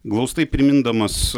glaustai primindamas